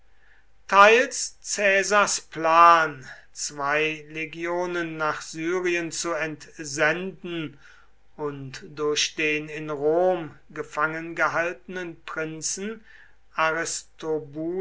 teils caesars plan zwei legionen nach syrien zu entsenden und durch den in rom gefangengehaltenen prinzen